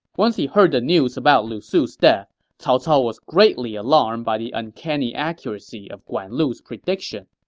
once he heard the news about lu su's death, cao cao was greatly alarmed by the uncanny accuracy of guan lu's prediction.